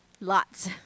Lots